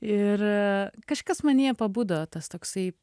ir kažkas manyje pabudo tas toksai